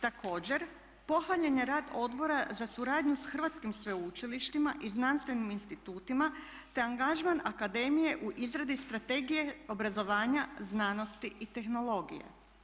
Također, pohvaljen je rad Odbora za suradnju s hrvatskim sveučilištima i znanstvenim institutima te angažman akademije u izradi Strategije obrazovanja, znanosti i tehnologije.